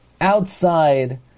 outside